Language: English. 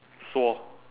swore